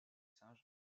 singes